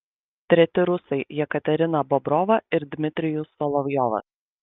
treti rusai jekaterina bobrova ir dmitrijus solovjovas